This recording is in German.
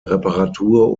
reparatur